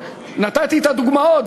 נתתי את הדוגמאות,